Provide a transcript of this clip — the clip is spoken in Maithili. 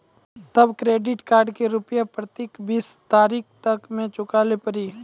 तब क्रेडिट कार्ड के रूपिया प्रतीक बीस तारीख तक मे चुकल पड़ी?